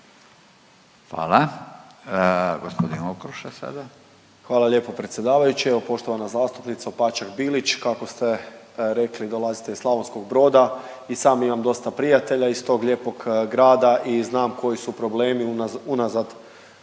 (HDZ)** Hvala lijepo predsjedavajući. Evo, poštovana zastupnica Opačak Bilić, kako ste rekli, dolazite iz Slavonskog Broda, i sam imam dosta prijatelja iz tog lijepog grada i znam koji su problemi unazad